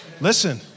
Listen